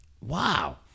Wow